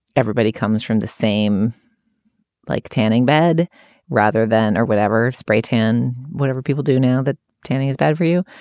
everybody comes from the same like tanning bed rather than or whatever spray tan, whatever people do now that tanning is bad for you.